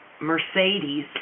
Mercedes